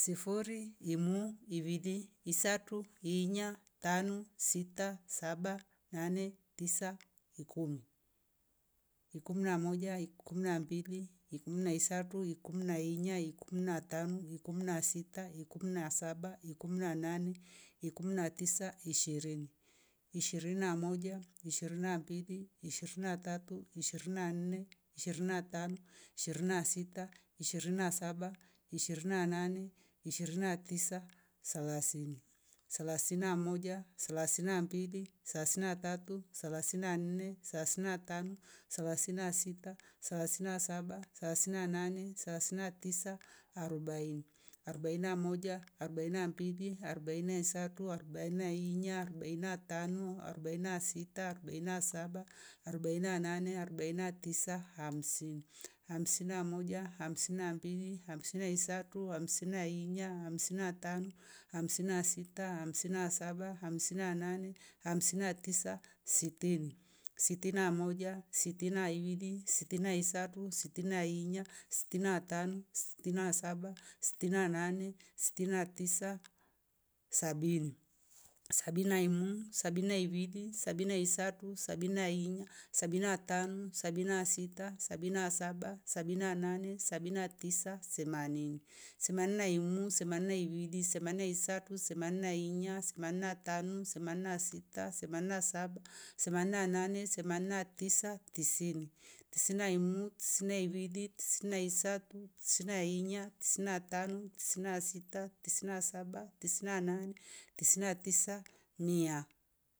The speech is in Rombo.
Sifuri. imu. ivili. isatyu. inya. tanu. sita. saba. nane. tisa. ikumi. ikumi na imu. ikumi na ivili. ikumi na satu. ikumi na inya. ikumi na tanu. ikumi na sita. ikumi na saba. ikumi na nane. ikumi na tisa. ishirini. ishirin bna imu. ishirini na ivili. ishirini na isatu. ishirini na inya. ishirin na tanu. ishirin na sita. ishirini na saba. ishirini na nane. ishirini na tisa. thelathini. thelani na imu. thelathini na ivili. thelathini na isatu. thelathini na inya. thelathini na tanu. thalathini na sita. thelathini na saba. thelathini na nane. thelathini na tisa. arobaini. arobaini na imu. arobaini na ivili. arobaini na isatyu. arobaini na inya. arobaini na tanu. arobaini na sita. arobaini na saba. arobaini na nane. arobaini na tisa. hamsini. hamsini na imu. hamsini na ivili. hamsini na isatu. hamsini na inya. hamsini na tanu. hamsini na sita. hamsini na saba. hamsini na nane. hamsini na tisa. stini. Stini na imu. stini na ivili. stini na isatu. stini na inya. stini na tanu. stini na sita. stini na saba. stini na nane. stini na tisa. sabini. Sabini na imu. sabini na ivili. sabini na isatyu. sabini na inya. sabini na tanu. sabini na sita. sabaini na saba. sabini na nane. sabini na tisa. themanini. Themanini na imu. themanini na ivili. themanini na isatu. themanini na inya. themanini na tanu. themanini na sita. themanini na sba. themanini na tisa. tisini. Tisini na imu. tisini na ivili. tisini na isatu. tisini na inya. tisini na tanu. tisini na sita. tisini na saba. tisini na nane. tisini na tisa. mia